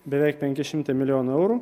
beveik penki šimtai milijonų eurų